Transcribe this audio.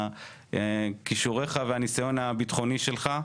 כישוריך והניסיון הביטחוני שלך.